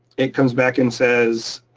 it comes back and says